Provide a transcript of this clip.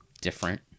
different